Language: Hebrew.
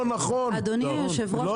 אדוני היושב ראש,